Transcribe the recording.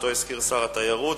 שאותו הזכיר שר התיירות,